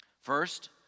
First